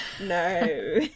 No